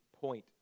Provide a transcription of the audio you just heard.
point